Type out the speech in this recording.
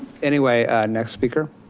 anyway, next speaker.